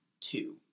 two